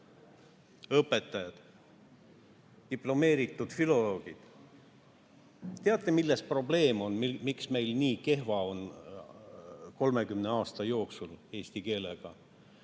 õpetajad, diplomeeritud filoloogid? Teate, milles probleem on, miks on meil olukord nii kehv olnud 30 aasta jooksul eesti keelega?